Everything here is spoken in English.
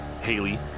Haley